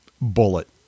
bullet